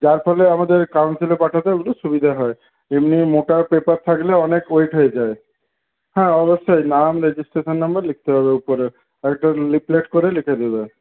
যার ফলে আমাদের কাউন্সিলে পাঠাতে ওগুলো সুবিধে হয় এমনি মোটা পেপার থাকলে অনেক ওয়েট হয়ে যায় হ্যাঁ অবশ্যই নাম রেজিস্ট্রেশন নাম্বার লিখতে হবে উপরে আর একটু লিফলেট করে লিখে দেবে